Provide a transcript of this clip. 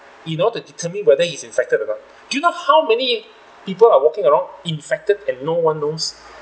in order to determine whether he's infected or not do you know how many people are walking around infected and no one knows